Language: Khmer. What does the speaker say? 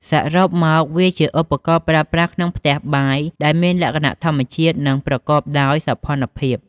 សរុបមក វាជាឧបករណ៍ប្រើប្រាស់ក្នុងផ្ទះបាយដែលមានលក្ខណៈធម្មជាតិ និងប្រកបដោយសោភ័ណភាព។